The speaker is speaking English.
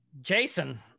Jason